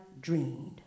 dreamed